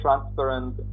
transparent